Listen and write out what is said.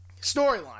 storyline